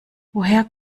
woher